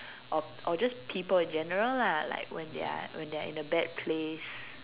or or just people in general lah like when they are when they are in a bad place